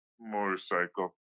motorcycle